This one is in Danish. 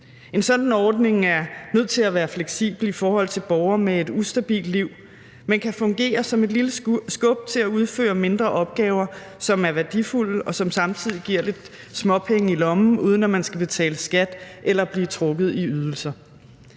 En sådan ordning er nødt til at være fleksibel i forhold til borgere med et ustabilt liv, men kan fungere som et lille skub til at udføre mindre opgaver, som er værdifulde, og som samtidig giver lidt småpenge i lommen, uden at man skal betale skat eller blive trukket i ydelser.